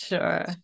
Sure